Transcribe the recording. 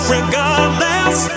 Regardless